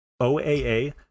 OAA